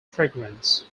fragrance